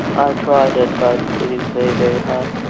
i tried it, but it is very, very hard.